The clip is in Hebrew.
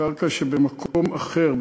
זו קרקע שבמקום אחר,